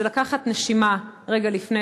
זה לקחת נשימה רגע לפני